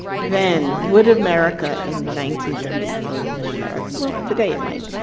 then would america in the nineteen thirty s or even america, well, today it might,